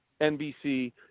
NBC